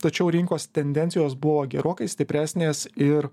tačiau rinkos tendencijos buvo gerokai stipresnės ir